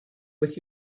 with